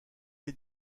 est